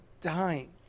dying